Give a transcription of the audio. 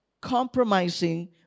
compromising